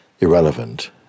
irrelevant